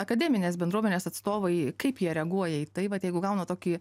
akademinės bendruomenės atstovai kaip jie reaguoja į tai vat jeigu gauna tokį